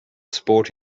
sport